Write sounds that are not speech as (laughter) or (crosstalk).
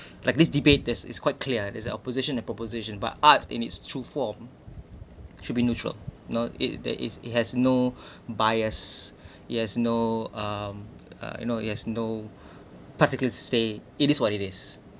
like this debate this is quite clear is an opposition and proposition but arts in its true form should be neutral you know it there is it has no (breath) bias it has no um uh you know it has no (breath) particulars say it is what it is